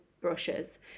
brushes